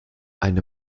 eine